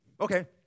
Okay